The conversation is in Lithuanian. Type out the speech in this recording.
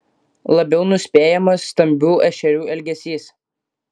labiau nuspėjamas stambių ešerių elgesys